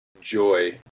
joy